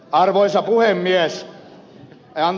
arvoisa puhemies